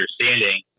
understanding